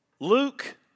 Luke